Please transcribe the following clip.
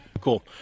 Cool